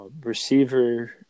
receiver